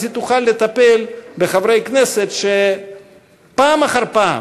אז היא תוכל לטפל בחברי כנסת שפעם אחר פעם,